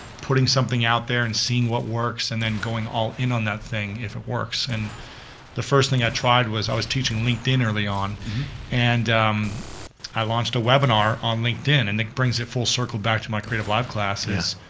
putting something out there and seeing what works. and then going all in on that thing, if it works. and the first thing i tried was, i was teaching linkedin early on and um i launched a webinar on linkedin and it brings it full circle back to my creativelive classes.